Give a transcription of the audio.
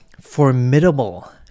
formidable